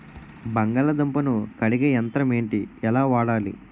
బంగాళదుంప ను కడిగే యంత్రం ఏంటి? ఎలా వాడాలి?